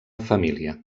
família